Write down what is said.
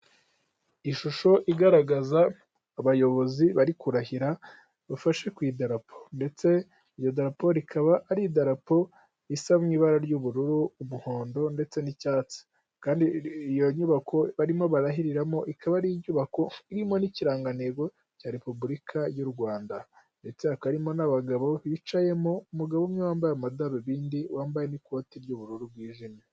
Ishusho igaragaza abayobozi bari kurahira bafashe ku idarapo. Ndetse iryo darapo rikaba ari idarapo risa mu ibara ry'ubururu, umuhondo ndetse n'icyatsi. Kandi iyo nyubako barimo barahiriramo, ikaba ari inyubako irimo n'ikirangantego cya Repubulika y'u Rwanda. Ndetse hakaba harimo n'abagabo bicayemo, umugabo umwe wambaye amadarubindi, wambaye n'ikoti ry'ubururu bwijimye.